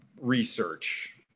research